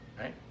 right